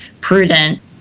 prudent